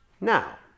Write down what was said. Now